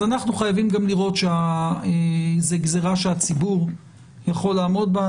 אז אנחנו חייבים גם לראות שזו גזרה שהציבור יכול לעמוד בה.